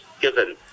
given